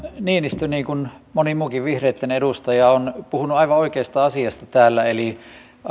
niinistö niin kuin moni muukin vihreitten edustaja on puhunut aivan oikeasta asiasta täällä eli